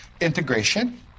integration